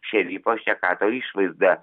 šeryfo šekato išvaizdą